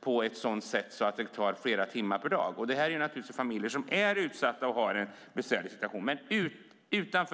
på ett sådant sätt att det tar flera timmar per dag. Detta är familjer som är utsatta och har en besvärlig situation.